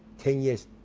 ten years,